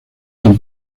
son